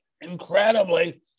Incredibly